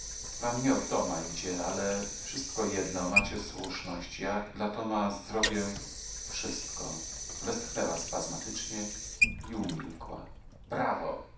wam nie o toma idzie ale wszystko jedno macie słuszność ja dla toma zrobię wszystko westchnęła spazmatycznie i umilkła brawo